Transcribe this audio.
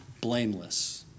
blameless